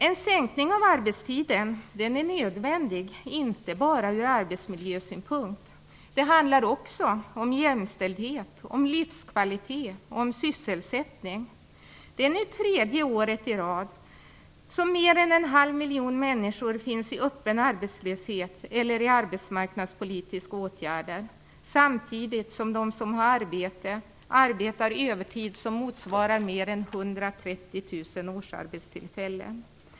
En sänkning av arbetstiden är nödvändig inte bara ur arbetsmiljösynpunkt. Det handlar också om jämställdhet, livskvalitet och sysselsättning. Det är nu tredje året i rad som mer än en halv miljon människor finns i öppen arbetslöshet eller i arbetsmarknadspolitiska åtgärder, samtidigt som de som har arbete arbetar övertid motsvarande mer än 130 000 årsarbetstillfällen.